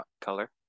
color